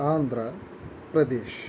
Andhra Pradesh